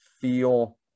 feel